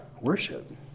worship